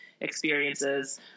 experiences